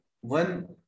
one